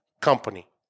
company